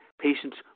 patients